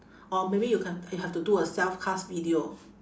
or maybe you can you have to do a self cast video